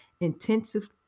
intensive